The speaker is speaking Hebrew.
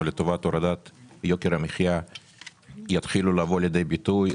לטובת הורדת יוקר המחיה יתחילו לבוא לידי ביטוי,